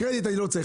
קרדיט אני לא צריך.